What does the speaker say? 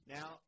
Now